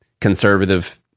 conservative